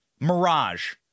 mirage